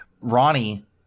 Ronnie